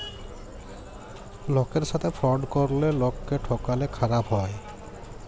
লকের সাথে ফ্রড ক্যরলে লকক্যে ঠকালে খারাপ হ্যায়